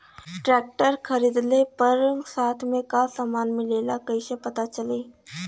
Tractor खरीदले पर साथ में का समान मिलेला कईसे पता चली?